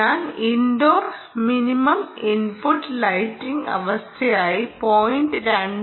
ഞാൻ indoor minimum input lighting അവസ്ഥയായി 0